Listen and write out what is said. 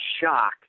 shock